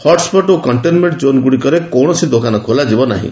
hotspot ଓ containment zone ଗୁଡ଼ିକରେ କୌଣସି ଦୋକାନ ଖୋଲାଯିବ ନାହିଁ